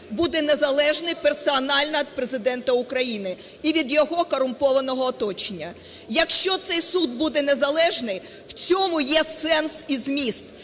буде незалежний персонально від Президента України і від його корумпованого оточення. Якщо цей суд буде незалежний, в цьому є сенс і зміст,